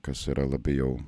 kas yra labai jau